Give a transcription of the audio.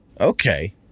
okay